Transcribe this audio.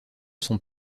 sont